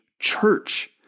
church